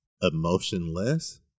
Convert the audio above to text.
emotionless